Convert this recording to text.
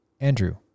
Andrew